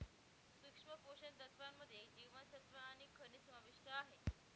सूक्ष्म पोषण तत्त्वांमध्ये जीवनसत्व आणि खनिजं समाविष्ट आहे